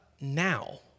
now